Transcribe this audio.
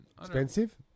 expensive